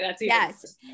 Yes